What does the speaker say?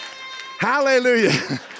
Hallelujah